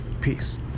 peace